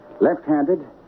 Left-handed